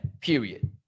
period